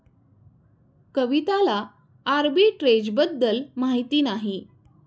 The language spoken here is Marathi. कविताला आर्बिट्रेजबद्दल माहिती नाही